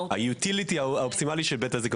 ה-utility האופטימלי של בית הזיקוק.